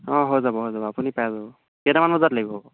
অঁ হৈ যাব হৈ যাব আপুনি পাই যাব কেইটামান বজাত লাগিব আকৌ